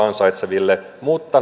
ansaitseville mutta